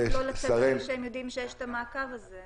לצאת כשהם יודעים שיש את המעקב הזה.